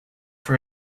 for